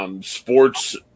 Sports